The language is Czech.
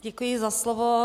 Děkuji za slovo.